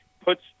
puts